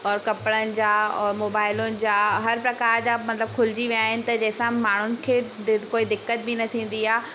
और कपिड़नि जा और मोबाइलुनि जा हर प्रकार जा मतिलबु खुलिजी विया आहिनि त जंहिं सां माण्हुनि खे दिक कोई दिक़त बि न थींदी आहे